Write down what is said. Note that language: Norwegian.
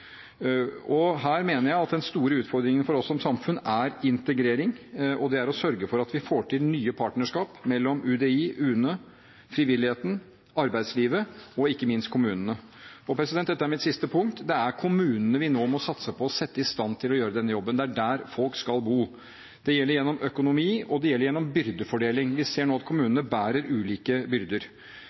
Her mener jeg at den store utfordringen for oss som samfunn er integrering og å sørge for at vi får til nye partnerskap mellom UDI, UNE, frivilligheten, arbeidslivet og ikke minst kommunene. Og dette er mitt siste punkt: Det er kommunene vi nå må satse på å sette i stand til å gjøre denne jobben. Det er der folk skal bo. Det gjelder gjennom økonomi, og det gjelder gjennom byrdefordeling. Vi ser nå at kommunene bærer ulike byrder.